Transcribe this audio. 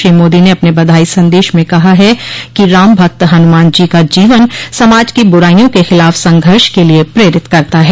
श्री मोदी ने अपने बधाई संदेश में कहा है कि राम भक्त हनुमान जी का जीवन समाज की बुराइयों के खिलाफ संघर्ष के लिये प्रेरित करता है